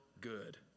good